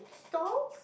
stall